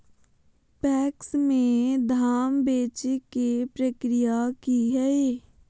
PACS में धाम बेचे के प्रक्रिया की हय?